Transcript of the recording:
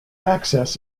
access